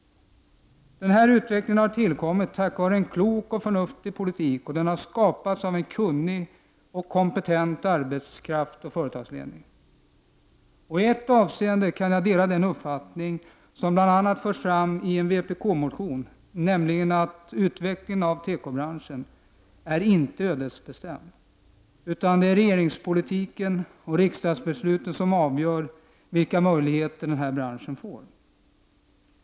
Den här utvecklingen har tillkommit tack vare en klok och förnuftig politik, och den har skapats av en kunnig och kompetent arbetskraft och företagsledning. I ett avseende kan jag dela den uppfattning som bl.a. förs fram i en vpk-motion, nämligen att utvecklingen av tekobranschen inte är ödesbestämd, utan regeringspolitiken och riksdagsbesluten avgör vilka möjligheter branschen får.